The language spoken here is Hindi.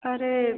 अरे